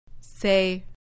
Say